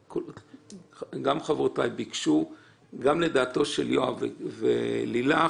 גם חברותיי ביקשו וגם לדעתם של יואב ולילך